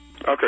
Okay